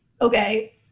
okay